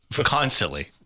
constantly